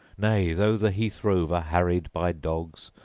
nay, though the heath-rover, harried by dogs,